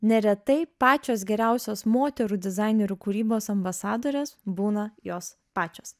neretai pačios geriausios moterų dizainerių kūrybos ambasadorės būna jos pačios